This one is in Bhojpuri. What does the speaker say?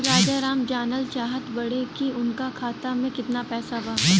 राजाराम जानल चाहत बड़े की उनका खाता में कितना पैसा बा?